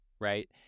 right